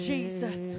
Jesus